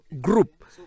group